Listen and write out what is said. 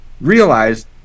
realized